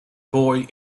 boy